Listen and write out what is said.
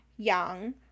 Yang